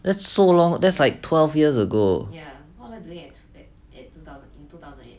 that's so long that's like twelve years ago